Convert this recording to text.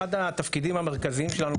אחד התפקידים המרכזיים שלנו,